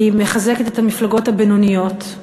היא מחזקת את המפלגות הבינוניות,